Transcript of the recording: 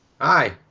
Hi